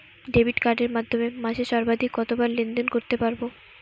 Debit কার্ডের মাধ্যমে মাসে সর্বাধিক কতবার লেনদেন করতে পারবো?